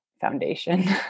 foundation